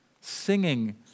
Singing